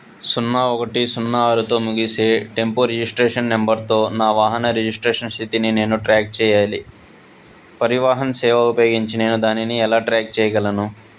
సున్నా ఒకటి సున్నా ఆరుతో ముగిసే టెంపో రిజిస్ట్రేషన్ నెంబర్తో నా వాహన రిజిస్ట్రేషన్ స్థితిని నేను ట్రాక్ చేయాలి పరివాహన్ సేవ ఉపయోగించి నేను దానిని ఎలా ట్రాక్ చేయగలను